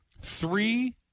Three